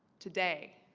today